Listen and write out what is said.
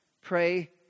Pray